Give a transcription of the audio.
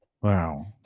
Wow